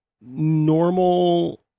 normal